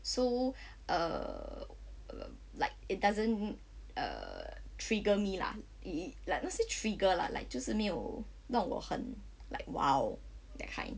so err err like it doesn't err trigger me lah eh like not say trigger lah like 就是没有弄我很 like !wow! that kind